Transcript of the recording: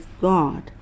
God